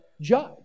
judge